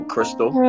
Crystal